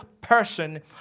person